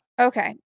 Okay